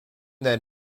that